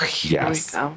yes